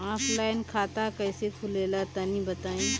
Offline खाता कइसे खुलेला तनि बताईं?